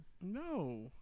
No